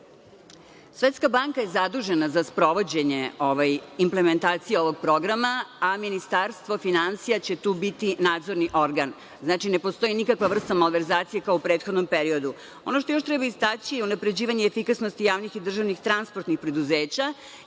banka je zadužena za sprovođenje implementacije ovog programa, a Ministarstvo finansija će tu biti nadzorni organ. Znači, ne postoji nikakva vrsta malverzacije kao u prethodnom periodu. Ono što još treba istaći o unapređivanju efikasnosti javnih i državnih transportnih preduzeća